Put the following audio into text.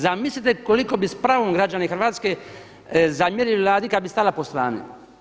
Zamislite koliko bi s pravom građani Hrvatske zamjerili Vladi kad bi stala po strani.